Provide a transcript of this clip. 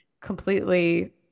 completely